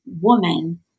woman